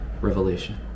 revelation